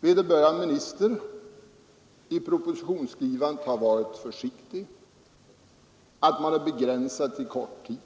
vederbörande minister i sin propositionsskrivning varit mycket försiktig och begränsat förslaget till att gälla kort tid.